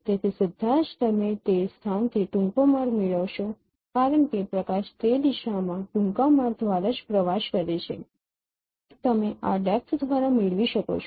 તેથી સીધા જ તમે તે સ્થાનથી ટૂંકો માર્ગ મેળવશો કારણ કે પ્રકાશ તે દિશામાં ટૂંકા માર્ગ દ્વારા જ પ્રવાસ કરે છે તમે આ ડેપ્થ દ્વારા મેળવી શકો છો